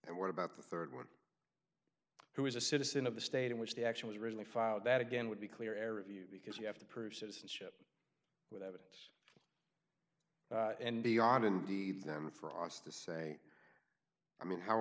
and what about the rd one who is a citizen of the state in which the action was really filed that again would be clear error of you because you have to prove citizenship with evidence and beyond indeed them for us to say i mean how